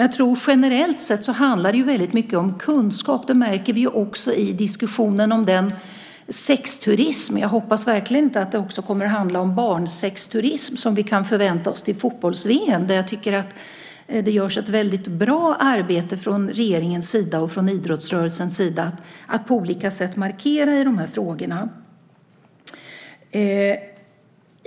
Jag tror generellt sett att det väldigt mycket handlar om kunskap. Det märker vi också i diskussionen om sexturism. Jag hoppas verkligen att det inte också kommer att handla om att vi kan förvänta oss barnsexturism till fotbolls-VM. Jag tycker att det görs ett väldigt bra arbete från regeringens sida och från idrottsrörelsens sida för att på olika sätt markera i de här frågorna.